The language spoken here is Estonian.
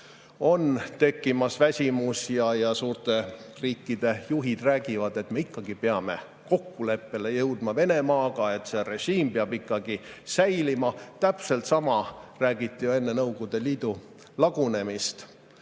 on tekkimas väsimus. Suurte riikide juhid räägivad, et me ikkagi peame jõudma Venemaaga kokkuleppele, see režiim peab ikkagi säilima. Täpselt sama räägiti enne Nõukogude Liidu lagunemist: